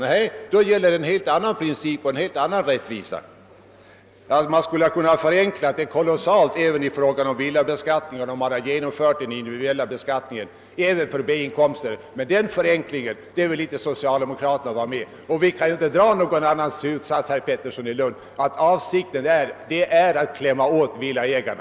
Nej, då gäller en helt annan princip och en helt annan rättvisa. Man skulle kunna förenkla även villabeskattningen om man genomförde individuell beskattning även för B-in komster. Men den förenklingen vill inte socialdemokraterna vara med om. Vi kan inte dra någon annan slutsats, herr Pettersson i Lund, än att avsikten är att klämma åt villaägarna.